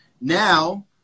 Now